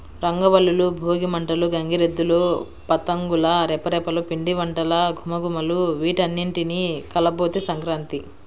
రంగవల్లులు, భోగి మంటలు, గంగిరెద్దులు, పతంగుల రెపరెపలు, పిండివంటల ఘుమఘుమలు వీటన్నింటి కలబోతే సంక్రాంతి